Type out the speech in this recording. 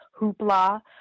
hoopla